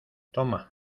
toma